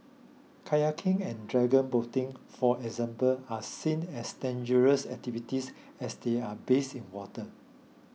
kayaking and dragon boating for example are seen as dangerous activities as they are based in water